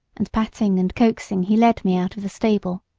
and patting and coaxing he led me out of the stable.